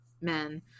men